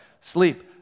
sleep